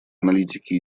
аналитики